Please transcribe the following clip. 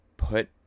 put